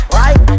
right